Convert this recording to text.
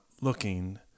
looking